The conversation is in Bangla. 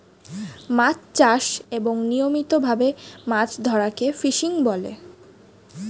মাছ চাষ এবং নিয়মিত ভাবে মাছ ধরাকে ফিশিং বলে